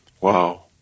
Wow